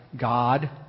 God